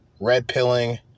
Red-pilling